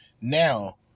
Now